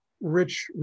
rich